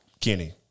Kenny